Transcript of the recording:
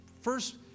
First